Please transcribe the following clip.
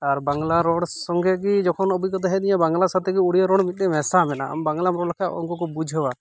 ᱟᱨ ᱵᱟᱝᱞᱟ ᱨᱚᱲ ᱥᱚᱸᱜᱮ ᱜᱮ ᱡᱚᱠᱷᱚᱱ ᱚᱵᱷᱤᱜᱚᱛᱟ ᱦᱮᱡᱟᱹᱫᱤᱧᱟᱹ ᱵᱟᱝᱞᱟ ᱥᱟᱶᱛᱮ ᱜᱮ ᱳᱲᱤᱭᱟᱹ ᱨᱚᱲ ᱢᱤᱫᱴᱟᱝ ᱢᱮᱥᱟ ᱢᱮᱱᱟᱜᱼᱟ ᱟᱢ ᱵᱟᱝᱞᱟᱢ ᱨᱚᱲ ᱞᱮᱠᱷᱟᱡ ᱩᱱᱠᱚ ᱠᱚ ᱵᱩᱡᱷᱟᱹᱣᱟ